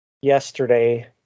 yesterday